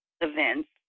events